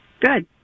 Good